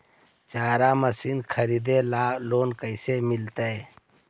चारा मशिन खरीदे ल लोन कैसे मिलतै?